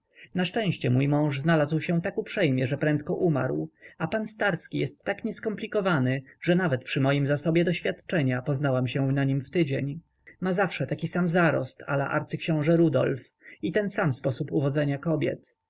na szczęście mój mąż znalazł się tak uprzejmie że prędko umarł a pan starski jest tak nieskomplikowany że nawet przy moim zasobie doświadczenia poznałam się na nim w tydzień ma zawsze taki sam zarost la arcyksiąże rudolf i ten sam sposób uwodzenia kobiet